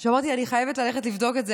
שאמרתי: אני חייבת ללכת לבדוק את זה,